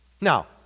Now